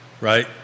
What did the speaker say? right